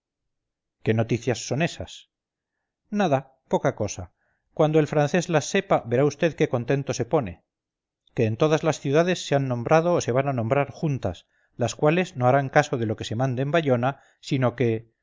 qué noticias son esas nada poca cosa cuando el francés las sepa verá vd qué contento se pone que en todas las ciudades se han nombrado o se van a nombrar juntas las cuales no harán caso de lo que se mande en bayona sino que